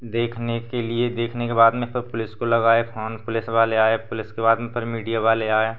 देखने के लिए देखने के बाद में तब पुलिस को लगाए फ़ोन पुलिस वाले आए पुलिस के बाद में फिर मीडिया वाले आए